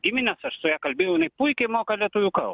gimines aš su ja kalbėjau jinai puikiai moka lietuvių kal